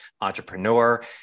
entrepreneur